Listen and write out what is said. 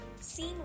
Scene